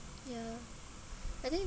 ya I think